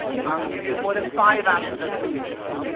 how many you've used more than five apps with notifications?